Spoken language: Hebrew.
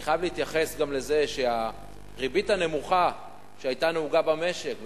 אני חייב להתייחס גם לזה שהריבית הנמוכה שהיתה נהוגה במשק,